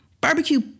barbecue